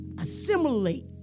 assimilate